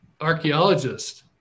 archaeologist